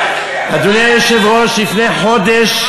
אדוני היושב-ראש, לפני חודש,